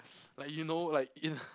like you know like in